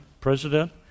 president